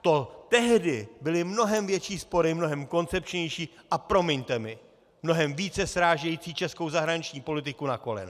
To tehdy byly mnohem větší spory, mnohem koncepčnější, a promiňte mi, mnohem více srážející českou zahraniční politiku na kolena.